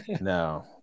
No